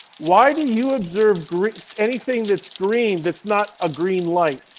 why do you observe green anything that's green that's not a green light?